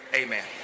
amen